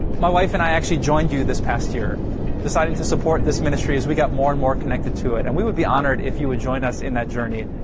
my wife and i actually joined you this past year decided to support this ministry as we got more and more connected to it and we would be honored if you would join us in that journey.